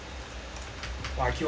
!wah! I killed one guy